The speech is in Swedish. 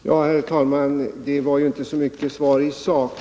Herr talman! Det var inte så mycket svar i sak.